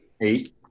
Eight